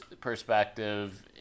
perspective